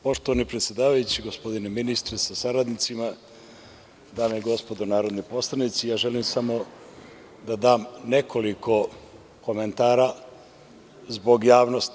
Poštovani predsedavajući, gospodine ministre sa saradnicima, dame i gospodo narodni poslanici, želim samo da dam nekoliko komentara zbog javnosti.